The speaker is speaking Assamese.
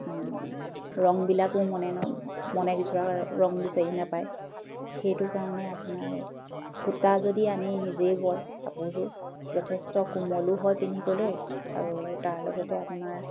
ৰংবিলাকো মনে মনে বিচৰা ৰং বিচাৰি নাপায় সেইটো কাৰণে আপোনাৰ সূতা যদি আনি নিজেই বয় কাপোৰযোৰ যথেষ্ট কোমলো হয় পিন্ধিবলৈ আৰু তাৰ লগতে আপোনাৰ